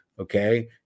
Okay